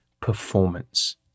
performance